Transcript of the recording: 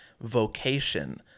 vocation